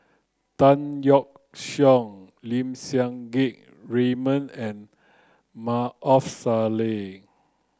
Tan Yeok Seong Lim Siang Keat Raymond and Maarof Salleh